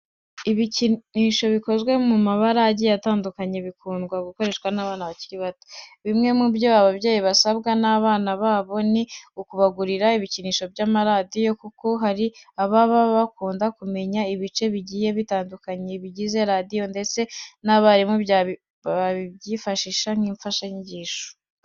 Ibikinisho bikozwe mu mabara agiye atandukanye bikunda gukoreshwa n'abana bakiri bato. Bimwe mu byo ababyeyi basabwa n'abana babo ni ukubagurira ibikinisho by'amaradiyo kuko hari ababa bakunda kumenya ibice bigiye bitandukanye bigize radiyo ndetse n'abarimu babyifashisha nk'imfashanyigisho.